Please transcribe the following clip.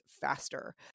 faster